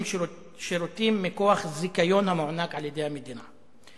שירותים מכוח זיכיון המוענק על-ידי המדינה.